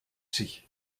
sich